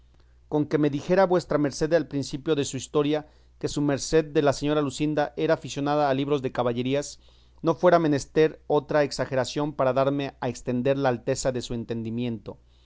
con que me dijera vuestra merced al principio de su historia que su merced de la señora luscinda era aficionada a libros de caballerías no fuera menester otra exageración para darme a entender la alteza de su entendimiento